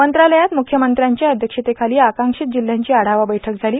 मंत्रालयात मुख्यमंत्र्यांच्या अध्यक्षतेखाली आकांक्षित जिल्ह्यांची आढावा बैठक झाली